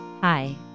Hi